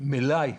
מהמלאי